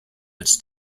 als